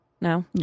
No